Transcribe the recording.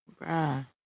bruh